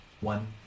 one